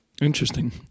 Interesting